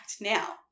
now